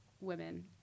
women